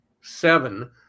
seven